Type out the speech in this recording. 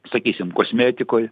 sakysim kosmetikoj